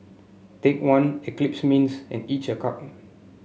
Take One Eclipse Mints and each a cup